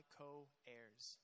co-heirs